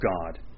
God